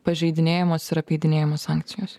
pažeidinėjamos ir apeidinėjamos sankcijos